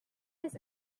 his